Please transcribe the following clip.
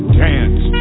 dance